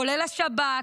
כולל השב"כ,